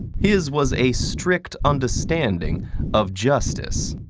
his was a strict understanding of justice.